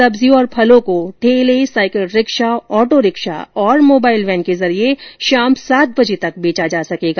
सब्जियों और फलों को ठेले साइकिल रिक्शा ऑटो रिक्शा और मोबाइल वैन के जरिये शाम सात बजे तक बेचा जा सकेगा